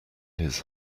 his